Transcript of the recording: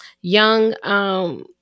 young